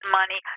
money